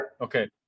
Okay